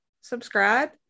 subscribe